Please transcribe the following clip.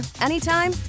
anytime